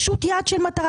פשוט יעד של מטרה.